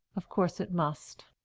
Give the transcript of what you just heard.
of course it must.